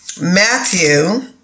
Matthew